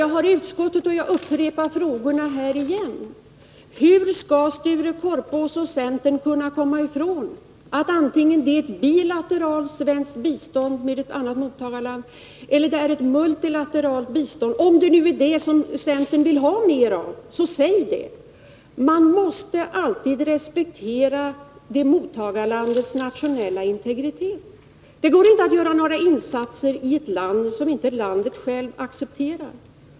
Jag har frågat i utskottet och upprepar frågorna här igen: Hur skall Sture Korpås och centern kunna komma ifrån detta, vare sig det nu är ett bilateralt svenskt bistånd till ett annat mottagarland eller det är ett multilateralt bistånd? Om det är multilateralt bistånd som centern vill ha mer av, så säg det, men man måste alltid respektera mottagarlandets nationella integritet. Det går inte att göra insatser som mottagarlandet inte självt accepterar.